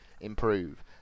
improve